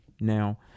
now